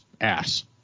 ass